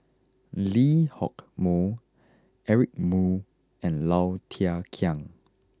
Lee Hock Moh Eric Moo and Low Thia Khiang